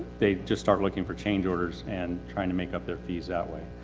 they just start looking for change orders and try to make up their fees that way.